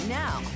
now